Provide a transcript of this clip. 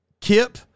Kip